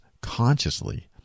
consciously